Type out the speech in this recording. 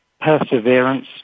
perseverance